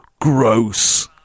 Gross